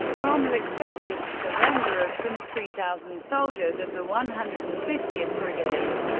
rommel accepted the surrender of some three thousand soldiers of the one hundred and fiftieth brigade.